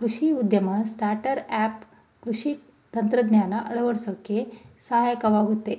ಕೃಷಿ ಉದ್ಯಮ ಸ್ಟಾರ್ಟ್ಆಪ್ ಕೃಷಿ ತಂತ್ರಜ್ಞಾನ ಅಳವಡ್ಸೋಕೆ ಸಹಾಯವಾಗಯ್ತೆ